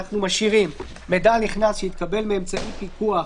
אנחנו משאירים: "מידע על נכנס שהתקבל מאמצעי הפיקוח